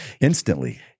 instantly